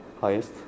highest